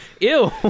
Ew